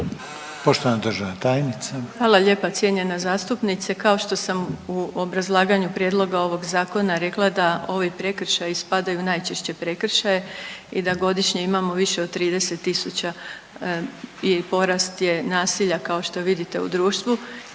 Vuksanović, Irena (HDZ)** Hvala lijepa cijenjena zastupnice, kao što sam u obrazlaganju prijedloga ovog zakona rekla da ovi prekršaji spadaju u najčešće prekršaje i da godišnje imamo više od 30 tisuća i porast je nasilja kao što vidite u društvu